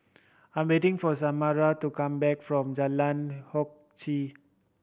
I'm waiting for Samara to come back from Jalan Hock Chye